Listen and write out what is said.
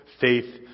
faith